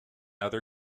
other